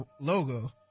logo